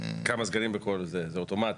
כמה סגנים בכל זה, זה אוטומטי.